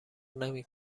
نمی